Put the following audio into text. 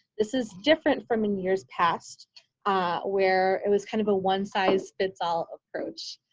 this is different from and years past where it was kind of a one size fits all approach.